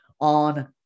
on